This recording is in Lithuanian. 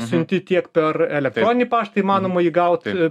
siunti tiek per elektroninį paštą įmanoma jį gaut